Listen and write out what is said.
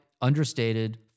understated